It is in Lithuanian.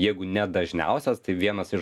jeigu ne dažniausias tai vienas iš